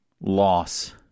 loss